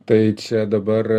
tai čia dabar